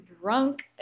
drunk